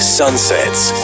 sunsets